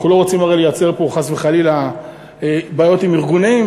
הרי אנחנו לא רוצים לייצר פה חס וחלילה בעיות עם ארגונים.